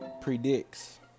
predicts